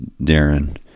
Darren